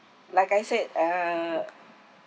like I said err